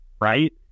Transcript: right